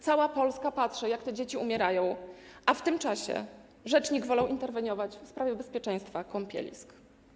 Cała Polska patrzy, jak te dzieci umierają, a w tym czasie rzecznik woli interweniować w sprawie bezpieczeństwa kąpielisk.